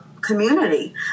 community